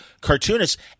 cartoonists